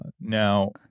Now